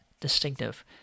distinctive